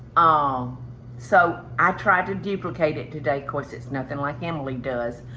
um so i tried to duplicate it today. course it's nothing like emily does,